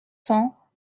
cents